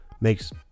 makes